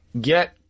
get